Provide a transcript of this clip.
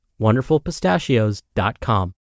wonderfulpistachios.com